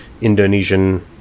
indonesian